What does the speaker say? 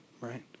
right